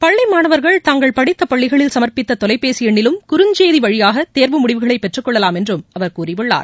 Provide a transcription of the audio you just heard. பள்ளி மாணவர்கள் தாங்கள் படித்த பள்ளிகளில் சமர்ப்பித்த தொலைபேசி எண்ணிலும் குறுஞ்செய்தி வழியாக தேர்வு முடிவுகளை பெற்றுக் கொள்ளலாம் என்றும் அவர் கூறியுள்ளார்